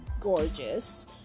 gorgeous